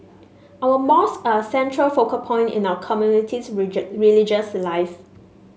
our mosques are a central focal point in our community's religious life